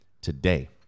today